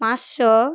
পাঁচশো